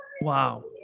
Wow